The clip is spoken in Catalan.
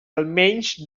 almenys